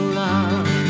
love